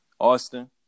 Austin